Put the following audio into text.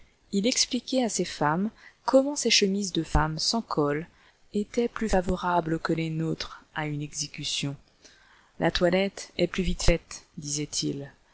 il expliquait à ces femmes comment ces chemises de femme sans col étaient plus favorables que les nôtres à une exécution la toilette est plus vite faite disait-il